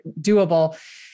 doable